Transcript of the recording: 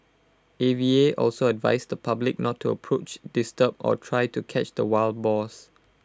A V A also advised the public not to approach disturb or try to catch the wild boars